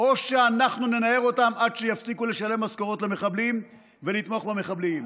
או שאנחנו ננער אותם עד שיפסיקו לשלם משכורות למחבלים ולתמוך במחבלים.